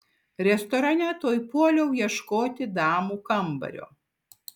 restorane tuoj puoliau ieškoti damų kambario